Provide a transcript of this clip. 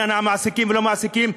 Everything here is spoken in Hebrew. עניין המעסיקים ולא מעסיקים.